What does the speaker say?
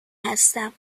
هستم